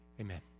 amen